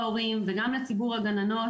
גם לציבור ההורים וגם לציבור הגננות,